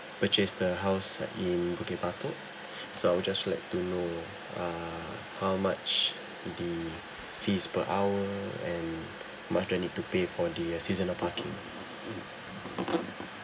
purchased a house in bukit batok so I would just like to know uh how much the fees per hour and how much do I need to pay for the uh seasonal parking